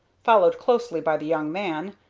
followed closely by the young man,